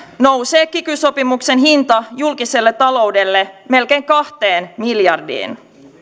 nousee kiky sopimuksen hinta julkiselle taloudelle melkein kahteen miljardiin